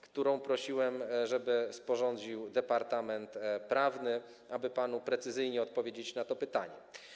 którą prosiłem, żeby sporządził departament prawny, aby panu precyzyjnie odpowiedzieć na to pytanie.